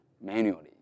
manually